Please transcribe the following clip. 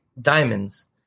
diamonds